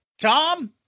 Tom